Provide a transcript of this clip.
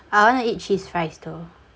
I wanna eat cheese fries too